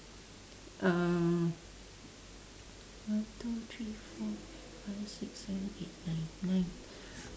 um one two three four five six seven eight nine nine